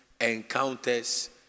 encounters